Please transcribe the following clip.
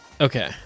Okay